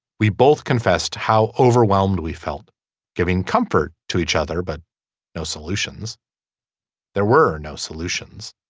we both confessed how overwhelmed we felt giving comfort to each other but no solutions there were no solutions